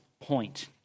point